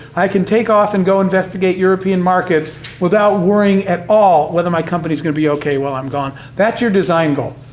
i can take off and go investigate european markets without worrying, at all, whether my company's going to be okay while i'm gone. that's your design goal.